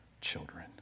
children